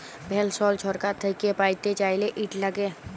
পেলসল ছরকার থ্যাইকে প্যাইতে চাইলে, ইট ল্যাগে